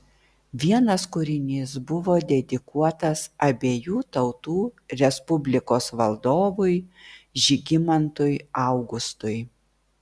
vienas kūrinys buvo dedikuotas abiejų tautų respublikos valdovui žygimantui augustui